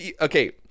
okay